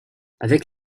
avec